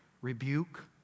rebuke